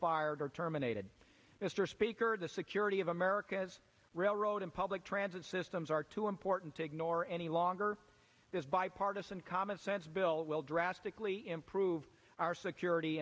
fired or terminated mr speaker the security of america's railroad and public transit systems are too important to ignore any longer this bipartisan common sense bill will drastically improve our security